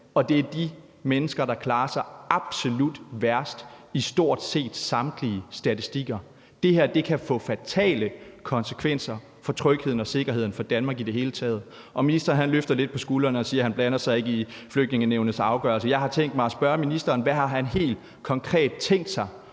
og det er de mennesker, der klarer sig absolut dårligst i stort set samtlige statistikker. Det her kan få fatale konsekvenser for trygheden og sikkerheden for Danmark i det hele taget, og ministeren trækker lidt på skuldrene og siger, at han ikke blander sig i Flygtningenævnets afgørelse. Jeg vil gerne spørge ministeren: Hvad har han helt konkret tænkt sig